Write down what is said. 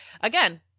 Again